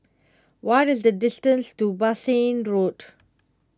what is the distance to Bassein Road